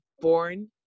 born